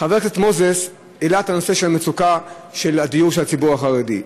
חבר הכנסת מוזס העלה את הנושא של מצוקת הדיור של הציבור החרדי.